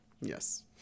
Yes